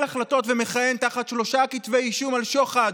החלטות ומכהן תחת שלושה כתבי אישום על שוחד,